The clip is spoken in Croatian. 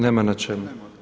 Nema na čemu.